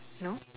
no